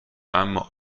اما